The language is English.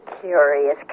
curious